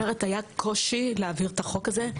היה קושי להעביר את החוק הזה.